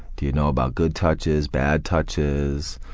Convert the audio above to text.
do you know about good touches, bad touches?